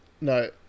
no